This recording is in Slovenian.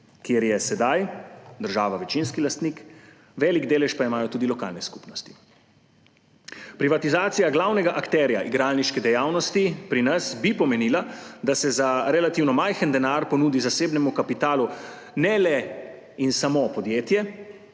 kjer je sedaj država večinski lastnik, velik delež pa imajo tudi lokalne skupnosti. Privatizacija glavnega akterja igralniške dejavnosti pri nas bi pomenila, da se za relativno majhen denar ponudi zasebnemu kapitalu ne le in samo podjetje,